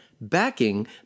backing